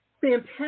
fantastic